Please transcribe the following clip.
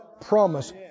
promise